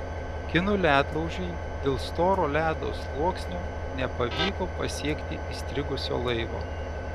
kinų ledlaužiui dėl storo ledo sluoksnio nepavyko pasiekti įstrigusio laivo